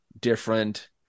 different